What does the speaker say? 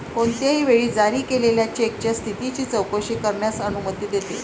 कोणत्याही वेळी जारी केलेल्या चेकच्या स्थितीची चौकशी करण्यास अनुमती देते